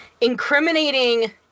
incriminating